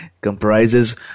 comprises